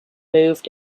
moved